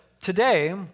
today